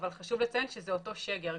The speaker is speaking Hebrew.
אבל חשוב לציין שזה אותו שגר.